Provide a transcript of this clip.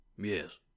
Yes